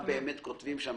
לראות מה באמת כותבים שם,